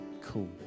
cool